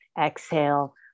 exhale